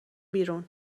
بیرون